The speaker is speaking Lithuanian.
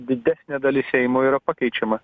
didesnė dalis seimo yra pakeičiama